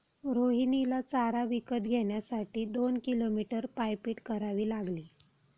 रोहिणीला चारा विकत घेण्यासाठी दोन किलोमीटर पायपीट करावी लागली